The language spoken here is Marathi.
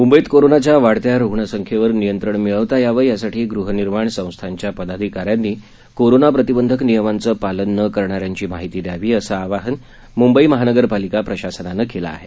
मुंबईत कोरोनाच्या वाढत्या रुग्णसंख्येवर नियंत्रण मिळवता यावं यासाठी गृहनिर्माण संस्स्थाच्या पदाधिकाऱ्यांनी कोरोना प्रतिबंधक नियमांचं पालन न करणाऱ्यांची माहिती द्यावी असं आवाहन मुंबई महापालिका प्रशासनानं केंलं आहे